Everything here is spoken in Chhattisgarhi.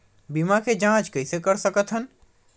बीमा के जांच कइसे कर सकत हन?